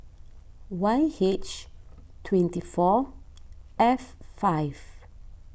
Y H twenty four F five